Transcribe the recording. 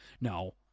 no